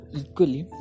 equally